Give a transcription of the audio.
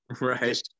Right